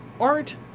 art